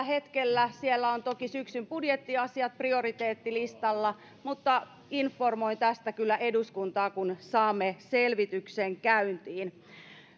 hetkellä siellä ovat toki syksyn budjettiasiat prioriteettilistalla mutta informoin tästä kyllä eduskuntaa kun saamme selvityksen käyntiin